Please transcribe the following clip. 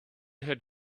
had